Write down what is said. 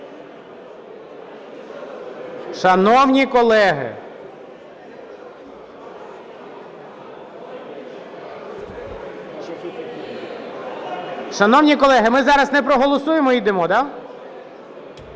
Шановні колеги, ми зараз не проголосуємо і йдемо, да?